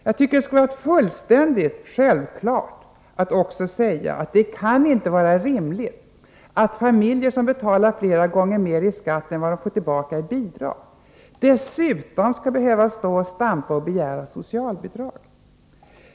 Jag tycker det skulle vara fullständigt självklart att också säga att det inte kan vara rimligt att familjer som betalar flera gånger mer i skatt än de får tillbaka i bidrag skall behöva stå och stampa och begära socialbidrag.